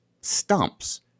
stumps